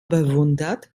bewundert